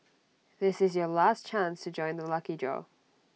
this is your last chance to join the lucky draw